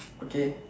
okay